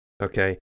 okay